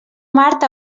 mart